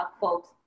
folks